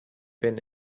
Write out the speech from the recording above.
been